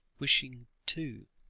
wishing, too,